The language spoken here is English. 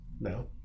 no